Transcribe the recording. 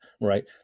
right